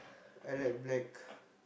I like black